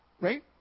Right